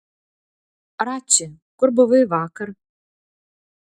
rači kur buvai vakar